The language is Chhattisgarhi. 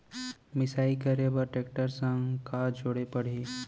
मिसाई करे बर टेकटर संग का जोड़े पड़ही?